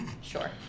sure